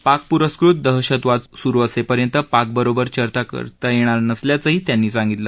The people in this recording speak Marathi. पाकपुरस्कृत दहशतवाद सुरु असेपर्यंत पाकबरोबर चर्चा करता येणार नसल्याचंही त्यांनी सांगितलं